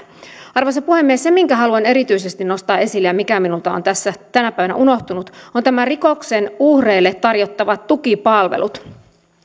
arvoisa puhemies se minkä haluan erityisesti nostaa esille ja mikä minusta on tässä tänä päivänä unohtunut on rikoksen uhreille tarjottavat tukipalvelut